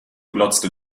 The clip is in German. glotzte